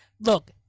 look